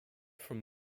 from